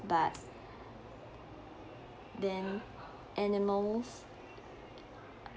but then animals